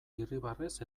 irribarrez